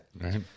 Right